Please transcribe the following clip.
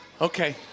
Okay